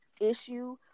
issue